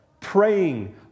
praying